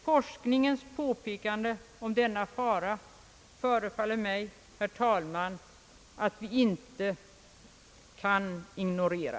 Forskningens påpekande av denna fara kan vi, herr talman, inte ignorera.